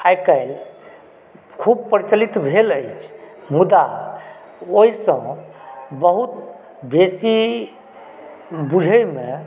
आइकाल्हि खूब प्रचलित भेल अछि मुदा ओहिसँ बहुत बेसी बुझएमे